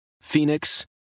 Phoenix